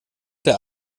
der